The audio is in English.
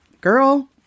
Girl